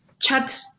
chat